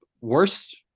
worst